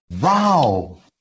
Wow